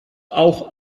auch